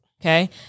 okay